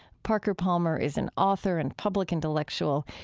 parker palmer is an author and public intellectual.